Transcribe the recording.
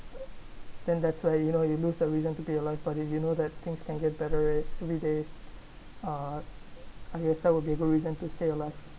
then that's where you know you lose a reason to be alive you know that things can get better it everyday uh I guess that would be a good reason to stay alive